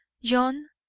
john,